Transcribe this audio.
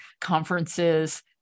conferences